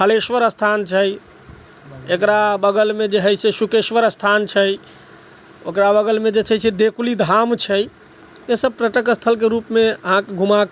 हलेश्वर स्थान छै एकरा बगलमे जे हइ से सुकेश्वर स्थान छै ओकरा बगलमे जे छै से देकुली धाम छै से सब स्थलके रूपमे अहाँकेँ घुमक